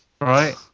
right